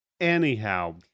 Anyhow